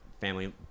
family